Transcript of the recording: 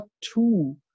two